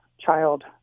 child